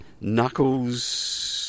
Knuckles